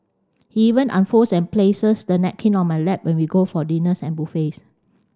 he even unfolds and places the napkin on my lap when we go for dinners and buffets